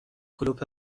کلوپ